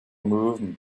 movement